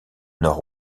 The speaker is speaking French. nord